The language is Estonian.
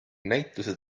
näituse